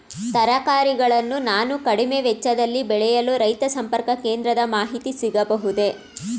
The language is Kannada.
ತರಕಾರಿಗಳನ್ನು ನಾನು ಕಡಿಮೆ ವೆಚ್ಚದಲ್ಲಿ ಬೆಳೆಯಲು ರೈತ ಸಂಪರ್ಕ ಕೇಂದ್ರದ ಮಾಹಿತಿ ಸಿಗಬಹುದೇ?